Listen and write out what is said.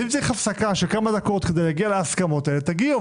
אם צריך הפסקה של כמה דקות כדי להגיע להסכמות האלה תגיעו,